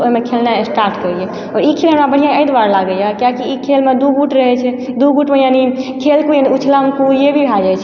तऽ ओहिमे खेलनाइ स्टार्ट करियै आओर ई खेल हमरा बढ़िआँ एहि दुआरे लागैया किएकि ई खेलमे दू गुट रहै छै दू गुटमे यानि खेल कुद यानि उछलन कुद भी भए जाइ छै